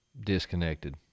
disconnected